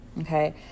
Okay